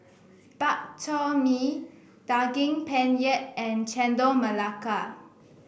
Bak Chor Mee Daging Penyet and Chendol Melaka